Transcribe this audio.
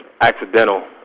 accidental